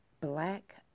black